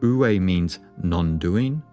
wu-wei means nondoing,